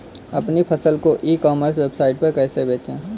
अपनी फसल को ई कॉमर्स वेबसाइट पर कैसे बेचें?